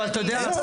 אבל אתה יודע,